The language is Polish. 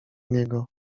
niego